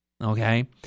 Okay